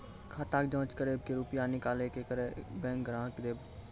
खाता के जाँच करेब के रुपिया निकैलक करऽ बैंक ग्राहक के देब?